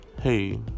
hey